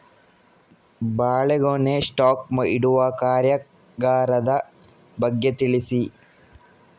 ಬಾಳೆಗೊನೆ ಸ್ಟಾಕ್ ಇಡುವ ಕಾರ್ಯಗಾರದ ಬಗ್ಗೆ ತಿಳಿಸಿ